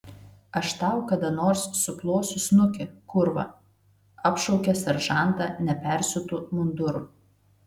aš tau kada nors suplosiu snukį kurva apšaukė seržantą nepersiūtu munduru